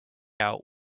out